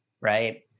right